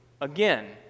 again